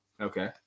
Okay